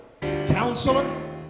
Counselor